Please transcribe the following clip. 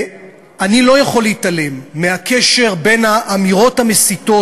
אני לא יכול להתעלם מהקשר בין האמירות המסיתות,